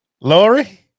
Lori